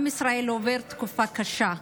עם ישראל עובר תקופה קשה.